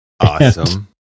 Awesome